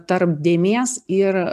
tarp dėmės ir